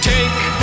Take